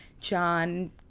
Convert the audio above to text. John